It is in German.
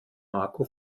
marco